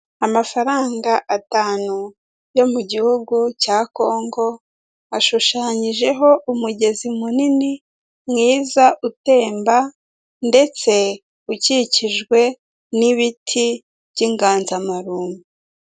Amafaranga atanu yo mu gihugu cya Kongo ashushanyijeho umugezi munini mwiza utemba; ndetse ukikijwe n'ibiti by'inganzamarumbu.